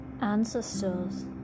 Ancestors